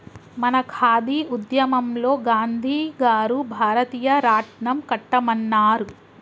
మన ఖాదీ ఉద్యమంలో గాంధీ గారు భారతీయ రాట్నం కట్టమన్నారు